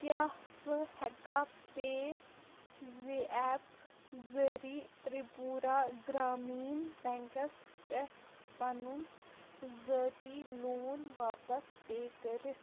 کیٛاہ بہٕ ہٮ۪کا پے زیپ ذٔریعہٕ تِرٛپوٗرا گرٛامیٖن بیٚنٛکس پٮ۪ٹھ پَنُن ذٲتی لون واپس پے کٔرِتھ